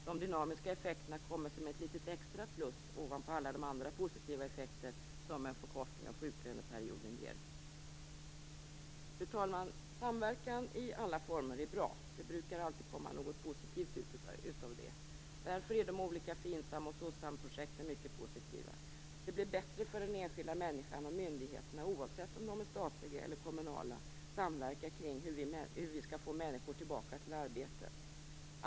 De dynamiska effekterna kommer som ett litet extra plus ovanpå alla andra positiva effekter som en förkortning av sjuklöneperioden ger. Fru talman! Samverkan i alla former är bra. Det brukar alltid komma något positivt ut av det. Därför är de olika FINSAM och SOCSAM-projekten mycket positiva. Det blir bättre för den enskilda människan om myndigheterna - oavsett om de är statliga eller kommunala - samverkar kring hur vi skall få människor tillbaka till arbete.